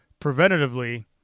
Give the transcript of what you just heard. preventatively